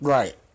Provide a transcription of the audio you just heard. Right